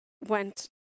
went